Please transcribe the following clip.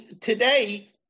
Today